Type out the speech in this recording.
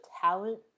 talent